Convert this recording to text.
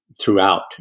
throughout